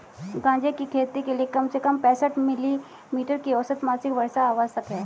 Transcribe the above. गांजे की खेती के लिए कम से कम पैंसठ मिली मीटर की औसत मासिक वर्षा आवश्यक है